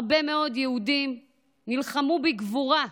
הרבה מאוד יהודים נלחמו בגבורה,